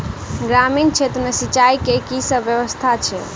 ग्रामीण क्षेत्र मे सिंचाई केँ की सब व्यवस्था छै?